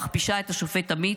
מכפישה את השופט עמית,